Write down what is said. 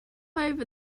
over